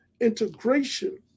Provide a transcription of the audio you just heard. integration